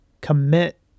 commit